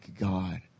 God